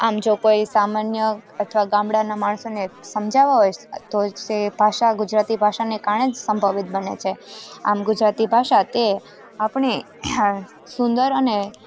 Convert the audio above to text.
આમ જો કોઈ સામાન્ય અથવા ગામડાનાં માણસોને સમજાવવા હોય તો છે ભાષા ગુજરાતી ભાષાને કારણે જ સંભવિત બને છે આમ ગુજરાતી ભાષા તે આપણે સુંદર અને